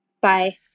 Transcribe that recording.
bye